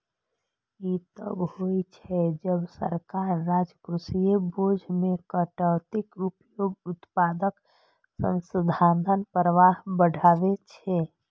ई तब होइ छै, जब सरकार राजकोषीय बोझ मे कटौतीक उपयोग उत्पादक संसाधन प्रवाह बढ़बै छै